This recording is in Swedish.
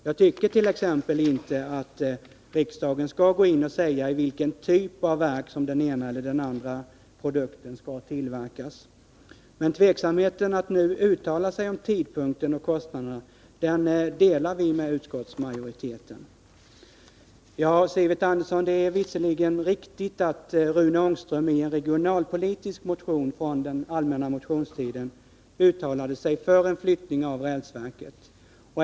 Jag tycker t.ex. inte att riksdagen skall gå in och säga i vilken typ av verk som den ena eller den andra produkten skall tillverkas. Tveksamheten när det gäller att göra ett uttalande om tidpunkten och kostnaderna delar vi med utskottsmajoriteten. Det är visserligen riktigt, Sivert Andersson, att Rune Ångström i en regionalpolitisk motion från den allmänna motionstiden uttalade sig för en flyttning av rälsverket.